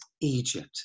Egypt